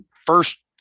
First